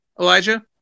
Elijah